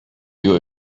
you